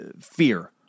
fear